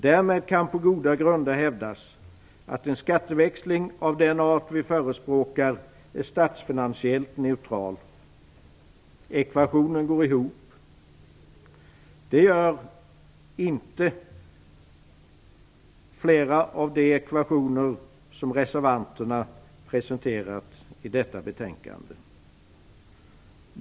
Därmed kan på goda grunder hävdas att en skatteväxling av den art vi förespråkar är statsfinansiellt neutral. Ekvationen går ihop. Det gör inte flera av de ekvationer som reservanterna presenterat med anledning av detta betänkande.